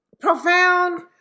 Profound